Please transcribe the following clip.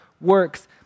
works